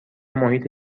محیط